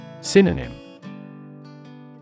Synonym